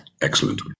excellent